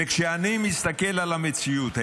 וכשאני מסתכל על המציאות,